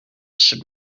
should